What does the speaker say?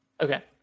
okay